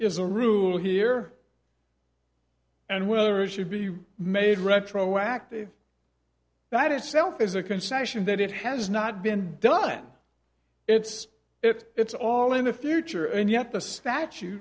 is a rule here and whether she'd be made retroactive that itself is a concession that it has not been done it's it it's all in the future and yet the statu